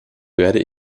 werde